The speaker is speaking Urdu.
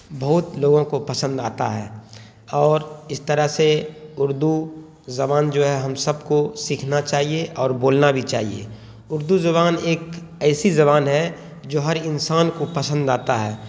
بہت لوگوں کو پسند آتا ہے اور اس طرح سے اردو زبان جو ہے ہم سب کو سیکھنا چاہیے اور بولنا بھی چاہیے اردو زبان ایک ایسی زبان ہے جو ہر انسان کو پسند آتا ہے